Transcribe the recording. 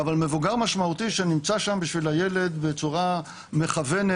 אבל מבוגר משמעותי שנמצא שם בשביל הילד בצורה מכוונת,